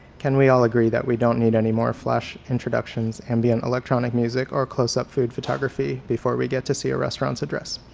can we all agree that we don't need any more flash introductions, ambient electronic music or close-up food photography before we get to see a restaurant's address?